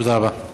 תודה רבה.